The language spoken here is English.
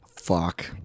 Fuck